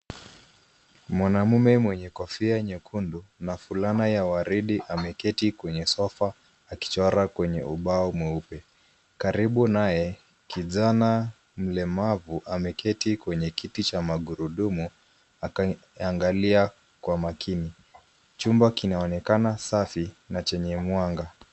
Mwanamme mwenye kofia nyekundu na fulana ya waridi ameketi kwenye sofa akichora kwenye ubao mweupe. Karibu naye, kijana mlemavu ameketi kwenye kiti cha magurudumu akiangalia kwa makini. Chumba kinaonekana safi na chenye mwanga.